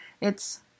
It's—